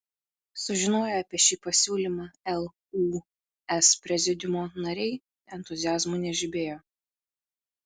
sužinoję apie šį pasiūlymą lūs prezidiumo nariai entuziazmu nežibėjo